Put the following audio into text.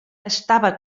estava